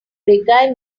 reggae